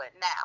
now